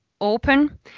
open